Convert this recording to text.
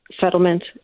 settlement